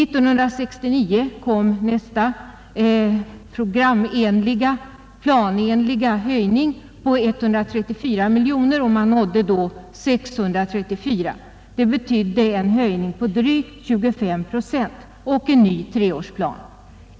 1969 kom nästa programenliga och planenliga höjning med 134 miljoner kronor, och man nådde då upp till 634 miljoner kronor. Det betydde en höjning med drygt 25 procent och en ny treårsplan.